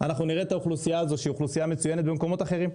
אנחנו נראה את האוכלוסייה הזאת שהיא אוכלוסייה מצוינת במקומות אחרים.